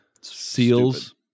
seals